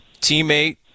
teammate